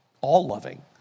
all-loving